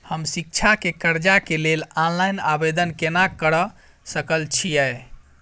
हम शिक्षा केँ कर्जा केँ लेल ऑनलाइन आवेदन केना करऽ सकल छीयै?